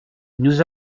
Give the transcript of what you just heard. nous